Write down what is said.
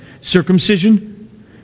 circumcision